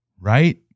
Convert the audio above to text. Right